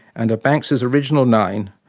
and, of banks's original nine,